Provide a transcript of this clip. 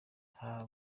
nta